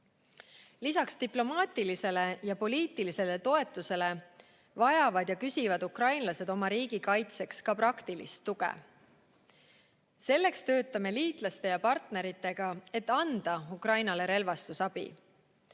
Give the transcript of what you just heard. Lisaks diplomaatilisele ja poliitilisele toetusele vajavad ja küsivad ukrainlased oma riigi kaitseks praktilist tuge. Selleks töötame liitlaste ja partneritega, et anda Ukrainale relvastusabi.